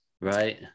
Right